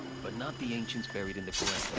but not the ancients buried in the